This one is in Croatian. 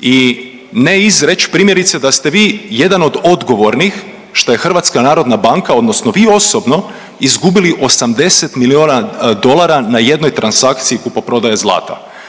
i ne izreći primjerice da ste vi jedan od odgovornih što je Hrvatska narodna banke, odnosno vi osobno izgubili 80 milijuna dolara na jednoj transakciji kupoprodaje zlata.